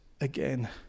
again